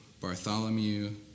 Bartholomew